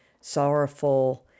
sorrowful